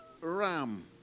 ram